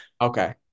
Okay